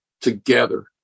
together